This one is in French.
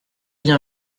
bien